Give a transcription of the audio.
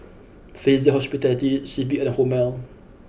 Fraser Hospitality C P and Hormel